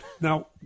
Now